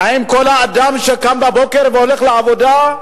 האם כל אדם שקם בבוקר והולך לעבודה,